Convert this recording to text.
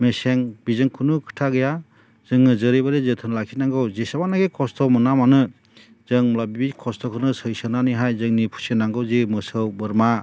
मेसें बेजों खुनु खोथा गैया जोङो जेरैबायदि जोथोन लाखिनांगौ जेसेबांनाखि खस्थ' मोना मानो जों होनब्ला बे खस्थ'खौनो सौसिनानैहाय जोंनि फिसिनांगौ जि मोसौ बोरमा